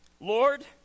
Lord